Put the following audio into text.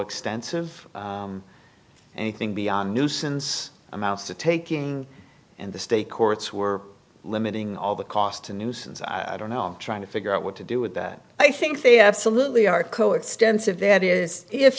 coextensive anything beyond nuisance amounts to taking and the state courts were limiting all the cost to nuisance i don't know trying to figure out what to do with that i think they absolutely are co extensive that is if